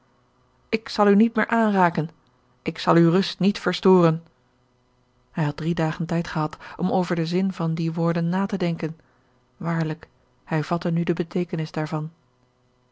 ik zal u niet meer aanraken ik zal uwe rust niet verstoren hij had drie dagen tijd gehad om over den zin van die woorden na te denken waarlijk hij vatte nu de beteekenis daarvan